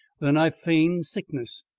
then i feigned sickness,